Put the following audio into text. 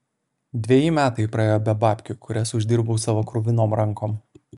dveji metai praėjo be babkių kurias uždirbau savo kruvinom rankom